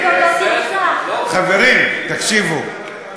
חברים, תקשיבו,